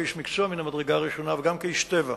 כאיש מקצוע מן המדרגה הראשונה וגם כאיש טבע,